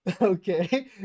okay